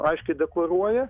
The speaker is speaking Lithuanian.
aiškiai deklaruoja